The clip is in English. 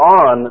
on